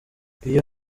iyo